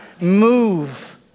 move